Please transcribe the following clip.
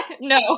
no